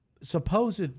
supposed